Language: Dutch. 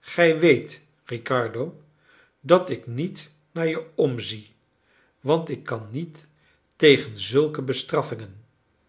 gij weet riccardo dat ik niet naar je omzie want ik kan niet tegen zulke bestraffingen